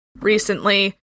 recently